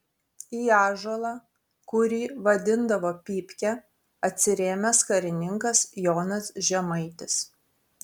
į ąžuolą kurį vadindavo pypke atsirėmęs karininkas jonas žemaitis